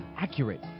accurate